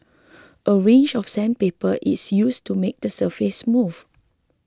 a range of sandpaper is used to make the surface smooth